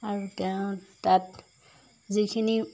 আৰু তেওঁ তাত যিখিনি